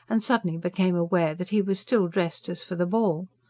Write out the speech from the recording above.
and suddenly became aware that he was still dressed as for the ball.